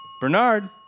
Bernard